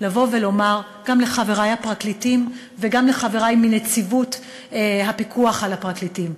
לבוא ולומר גם לחברי הפרקליטים וגם לחברי מנציבות הפיקוח על הפרקליטים: